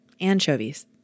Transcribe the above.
Anchovies